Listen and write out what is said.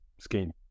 scheme